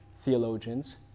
theologians